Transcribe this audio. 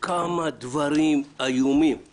נאמרו דברים איומים רבים